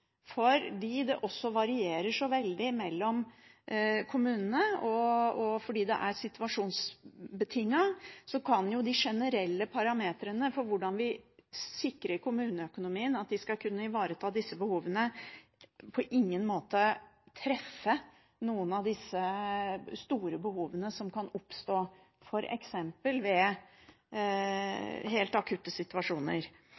barnevernet. Fordi det også varierer så veldig mellom kommunene, og fordi det er situasjonsbetinget, kan jo de generelle parametrene for hvordan vi sikrer kommuneøkonomien, at de skal kunne ivareta disse behovene, på ingen måte treffe noen av disse store behovene som kan oppstå, f.eks. ved